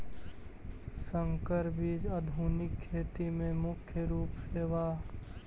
संकर बीज आधुनिक खेती में मुख्य रूप से बा